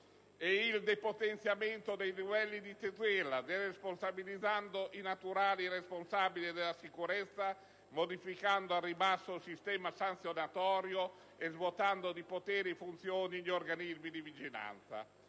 al depotenziamento dei livelli di tutela, con la deresponsabilizzazione dei naturali responsabili della sicurezza, la modifica al ribasso del sistema sanzionatorio e lo svuotamento di poteri e funzioni degli organismi di vigilanza.